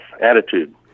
Attitude